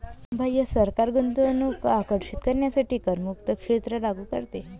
भैया सरकार गुंतवणूक आकर्षित करण्यासाठी करमुक्त क्षेत्र लागू करते